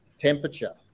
temperature